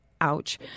ouch